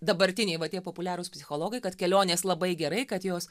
dabartiniai va tie populiarūs psichologai kad kelionės labai gerai kad jos